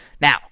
Now